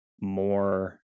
more